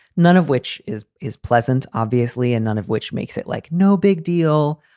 none of which is is pleasant, obviously, and none of which makes it like no big deal.